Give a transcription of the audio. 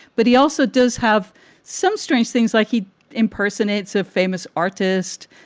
but he also does have some strange things, like he impersonates a famous artist.